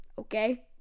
okay